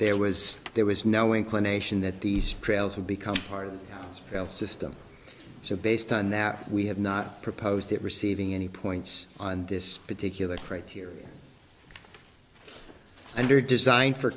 there was there was no inclination that these trails would become part of the system so based on that we have not proposed that receiving any points on this particular criteria under designed for